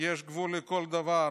יש גבול לכל דבר.